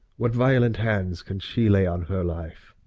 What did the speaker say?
what violent hands can she lay on her life?